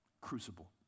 Crucible